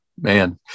man